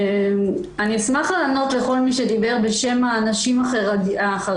אני אשמח לענות לכל מי שדיבר בשם הנשים החרדיות,